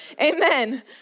Amen